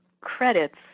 credits